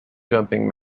jumping